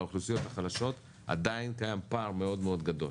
החלשות עדיין קיים פער מאוד מאוד גדול